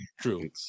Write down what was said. True